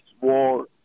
war